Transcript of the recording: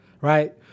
right